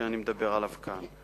שאני מדבר עליו כאן.